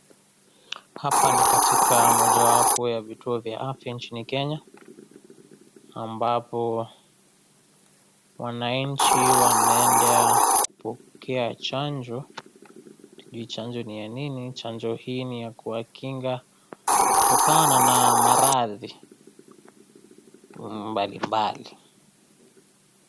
Hapa ni katika mojawapo ya vituo vya afya nchini kenya, ambapo wananchi wanaenda kupokea chanjo ,sijui chanjo ni ya nini chanjo hii ni ya kuwakinga kutokana na maradhi mbalimbali.